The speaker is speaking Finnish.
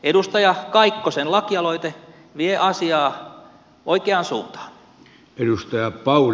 edustaja kaikkosen lakialoite vie asiaa oikeaan suuntaan